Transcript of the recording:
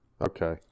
Okay